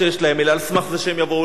אלא על סמך זה שהם יבואו לארץ